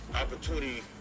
opportunity